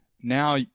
now